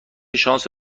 شانس